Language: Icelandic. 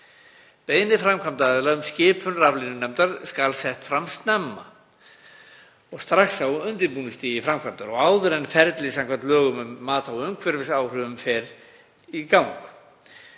Beiðni framkvæmdaraðila um skipun raflínunefndar skal sett fram snemma og strax á undirbúningsstigi framkvæmdar og áður en ferli samkvæmt lögum um mat á umhverfisáhrifum fer í gang.